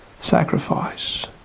sacrifice